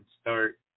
start